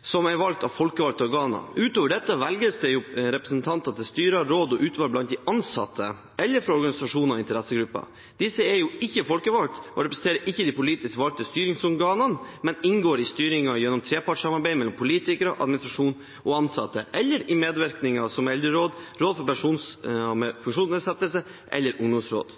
som er valgt av folkevalgte organer. Ut over dette velges det representanter til styrer, råd og utvalg blant de ansatte eller fra organisasjoner og interessegrupper. Disse er ikke folkevalgte og representerer ikke de politisk valgte styringsorganene, men inngår i styringen gjennom trepartssamarbeid mellom politikere, administrasjon og ansatte, eller i medvirkningsorgan som eldreråd, råd for personer med funksjonsnedsettelse eller ungdomsråd.